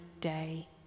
day